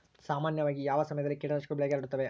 ಸಾಮಾನ್ಯವಾಗಿ ಯಾವ ಸಮಯದಲ್ಲಿ ಕೇಟನಾಶಕಗಳು ಬೆಳೆಗೆ ಹರಡುತ್ತವೆ?